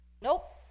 Nope